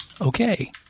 Okay